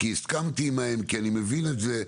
כי הסכמתי עמן, כי אני מבין את זה.